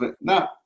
No